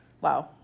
Wow